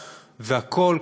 והכול,